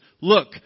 look